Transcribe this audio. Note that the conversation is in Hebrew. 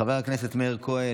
חבר הכנסת מאיר כהן,